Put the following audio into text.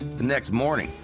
the next morning,